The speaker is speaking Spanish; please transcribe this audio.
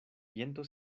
viento